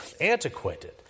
antiquated